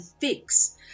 fix